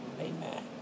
Amen